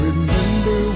Remember